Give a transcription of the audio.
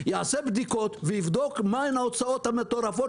יעשה בדיקות ויבדוק מה ההוצאות המטורפות